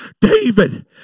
David